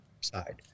side